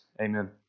Amen